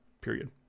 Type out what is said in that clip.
period